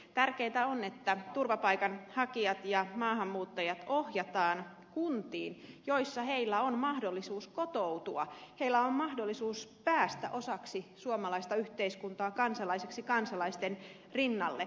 tärkeintä on että turvapaikanhakijat ja maahanmuuttajat ohjataan kuntiin joissa heillä on mahdollisuus kotoutua heillä on mahdollisuus päästä osaksi suomalaista yhteiskuntaa kansalaiseksi kansalaisten rinnalle